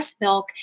milk